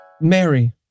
Mary